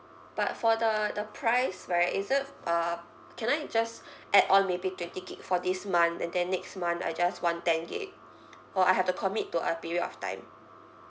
but for the the price right is it uh can I just add on maybe twenty gig for this month and then next month I just want ten gig or I have to commit to a period of time